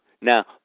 Now